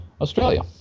Australia